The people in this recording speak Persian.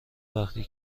وقتی